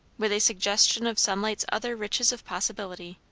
with a suggestion of sunlight's other riches of possibility.